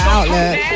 Outlook